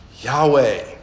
Yahweh